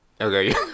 Okay